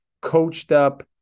coached-up